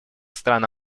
стран